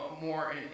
more